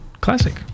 classic